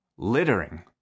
littering